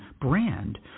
brand